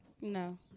No